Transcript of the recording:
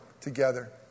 together